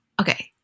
Okay